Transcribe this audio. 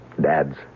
Dad's